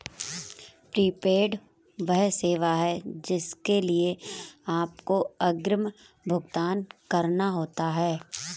prepaid वह सेवा है जिसके लिए आपको अग्रिम भुगतान करना होता है